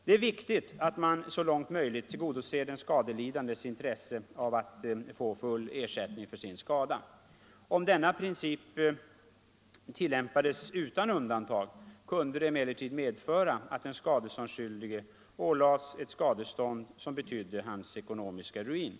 Det är riktigt att man så långt möjligt tillgodoser den skadelidandes intresse av att få full ersättning för sin skada. Om denna princip tilllämpades utan undantag kunde det emellertid medföra att den skadeståndsskyldige ålades ett skadestånd som betydde hans ekonomiska ruin.